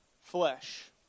flesh